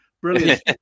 Brilliant